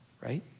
right